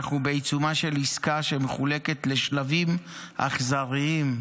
אנחנו בעיצומה של עסקה שמחולקת לשלבים אכזריים.